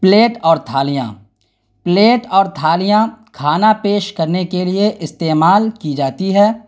plate اور تھالیاں plate اور تھالیاں کھانا پیش کرنے کے لیے استعمال کی جاتی ہے